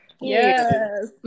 Yes